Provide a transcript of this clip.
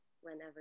whenever